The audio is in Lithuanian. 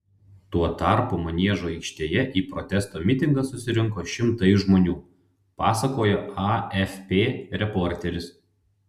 tuo tarpu maniežo aikštėje į protesto mitingą susirinko šimtai žmonių pasakojo afp reporteris